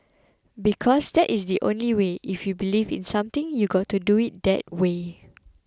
because that is the only way if you believe in something you've got to do it that way